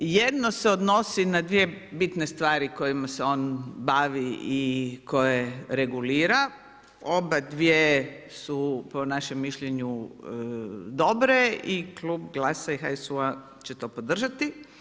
Jedno se odnosi na dvije bitne stvari kojima se on bavi i koje regulira, obadvije su po našem mišljenju dobre i klub GLAS-a i HSU-a će to podržati.